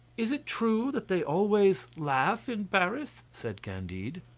is it true that they always laugh in paris? said candide.